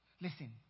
Listen